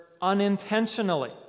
unintentionally